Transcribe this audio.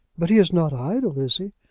but he is not idle is he?